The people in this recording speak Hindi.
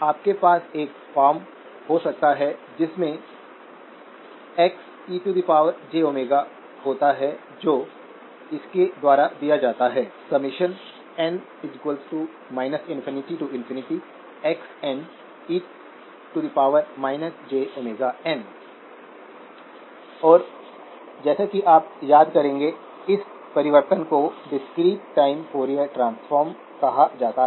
आपके पास एक फॉर्म हो सकता है जिसमें Xejω होता है जो इसके द्वारा दिया जाता है और जैसा कि आप याद करेंगे इस परिवर्तन को डिस्क्रीट टाइम फॉरिएर ट्रांसफॉर्म कहा जाता है